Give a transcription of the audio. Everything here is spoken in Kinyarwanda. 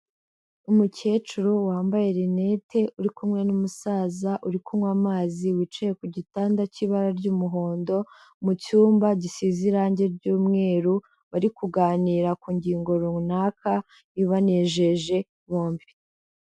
Umukecuru wambaye rinete, uri kumwe n'umusaza uri kunywa amazi wicaye ku gitanda cy'ibara ry'umuhondo mu cyumba gisize irangi ry'umweru, bari kuganira ku ngingo runaka ibanejeje bombi.